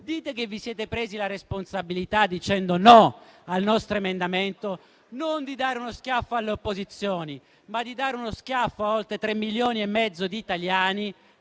che vi siete presi la responsabilità, dicendo no al nostro emendamento, non di dare uno schiaffo alle opposizioni, ma di dare uno schiaffo a oltre tre milioni e mezzo di italiani